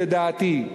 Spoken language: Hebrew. לדעתי,